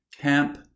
Camp